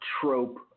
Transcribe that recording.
trope